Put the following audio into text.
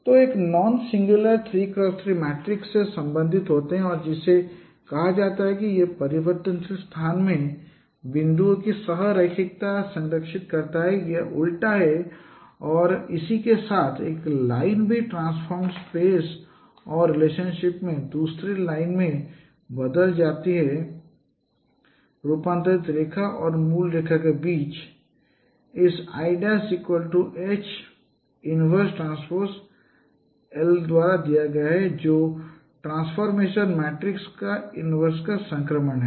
वे एक non singular 3 x 3 matrix से संबंधित हैं और जिसे यह कहा जाता है कि यह परिवर्तनशील स्थान में बिंदुओं की सह रैखिकता को संरक्षित करता है यह उलटा है और इसी के साथ एक लाइन भी ट्रांसफ़ॉर्मेड स्पेस और रिलेशनशिप में दूसरी लाइन में तब्दील हो जाती है रूपांतरित रेखा और मूल रेखा के बीच इस l'H Tl द्वारा दिया गया है जो ट्रांसफॉर्मेशन मैट्रिक्स के इनवर्स का संक्रमण है